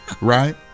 right